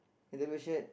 in the blue shirt